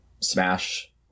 smash